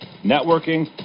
networking